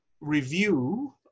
review